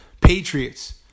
Patriots